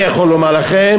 אני יכול לומר לכם,